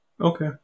Okay